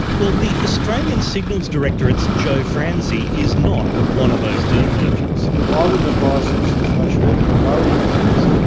well, the australian signals directorate's joe franzi is not one of those doom merchants. i wouldn't advise citizens that they should ever be worried about this.